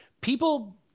people